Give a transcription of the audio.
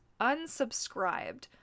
unsubscribed